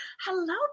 Hello